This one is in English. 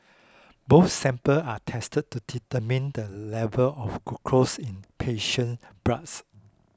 both samples are tested to determine the level of glucose in the patient's bloods